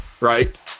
Right